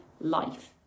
life